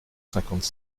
cinquante